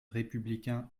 républicain